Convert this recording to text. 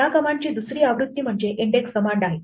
या कमांडची दुसरी आवृत्ती म्हणजे index कमांड आहे